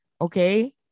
okay